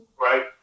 right